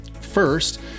First